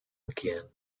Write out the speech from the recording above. again